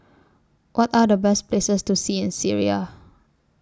What Are The Best Places to See in Syria